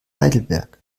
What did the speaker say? heidelberg